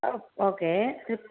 ஆ okay ஃபி